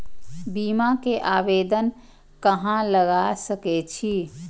बीमा के आवेदन कहाँ लगा सके छी?